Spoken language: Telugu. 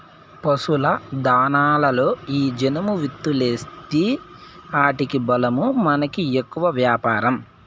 పశుల దాణాలలో ఈ జనుము విత్తూలేస్తీ ఆటికి బలమూ మనకి ఎక్కువ వ్యాపారం